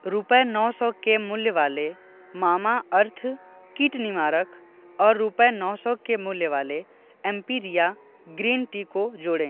रुपये नौ सौ के मूल्य वाले मामा अर्थ कीट निवारक और रूपये नौ सौ के मूल्य वाले एम्पिरिआ ग्रीन टी को जोड़े